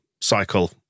cycle